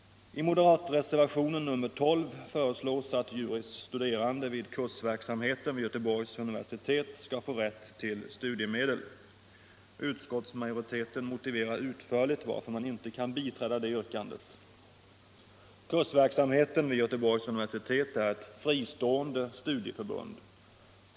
I moderatreservationen nr 12 föreslås att juris studerande vid kursverksamheten vid Göteborgs universitet skall få rätt till studiemedel. Utskottsmajoriteten motiverar utförligt varför man inte kan biträda det yrkandet. Kursverksamheten vid Göteborgs universitet är ett fristående studieförbund.